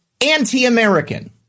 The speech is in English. anti-American